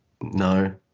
no